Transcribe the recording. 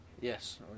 Yes